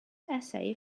essay